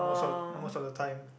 most of most of the time